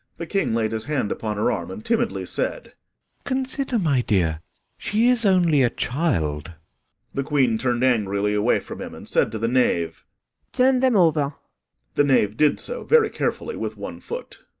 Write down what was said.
the king laid his hand upon her arm, and timidly said consider, my dear she is only a child the queen turned angrily away from him, and said to the knave turn them over the knave did so, very carefully, with one foot.